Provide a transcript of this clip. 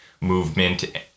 movement